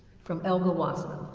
from elga wasserman.